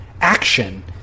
action